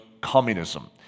communism